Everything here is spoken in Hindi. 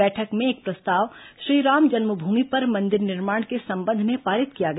बैठक में एक प्रस्ताव श्रीराम जन्मभूमि पर मंदिर निर्माण के संबंध में पारित किया गया